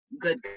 good